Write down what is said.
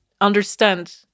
understand